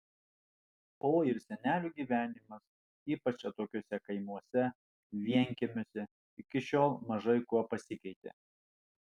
o ir senelių gyvenimas ypač atokiuose kaimuose vienkiemiuose iki šiol mažai kuo pasikeitė